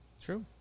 True